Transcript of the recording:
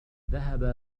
ذهب